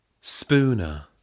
Spooner